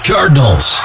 Cardinals